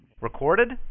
Recorded